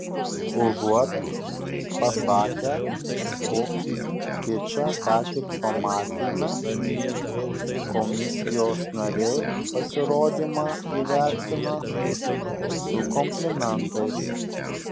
užuot pasakę kokį kičą ką tik pamatėme komisijos nariai pasirodymą įvertina su komplimentais